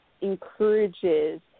encourages